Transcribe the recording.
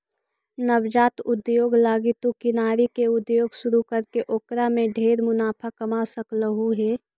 नवजात उद्योग लागी तु किनारी के उद्योग शुरू करके ओकर में ढेर मुनाफा कमा सकलहुं हे